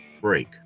break